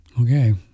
Okay